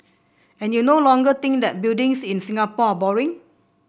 and you no longer think that buildings in Singapore are boring